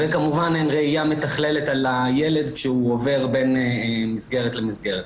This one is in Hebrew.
וכמובן אין ראיה מתכללת על הילד כשהוא עובר בין מסגרת למסגרת.